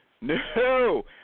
No